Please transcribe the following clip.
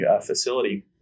facility